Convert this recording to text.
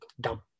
dumb